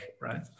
right